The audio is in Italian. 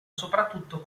soprattutto